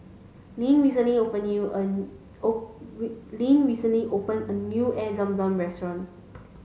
lyn recently opened new a lyn recently opened a new Air Zam Zam restaurant